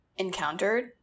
encountered